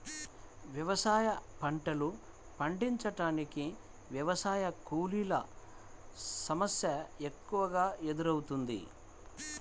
వ్యవసాయ పంటలు పండించటానికి వ్యవసాయ కూలీల సమస్య ఎక్కువగా ఎదురౌతున్నది